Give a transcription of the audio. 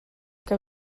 que